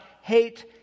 hate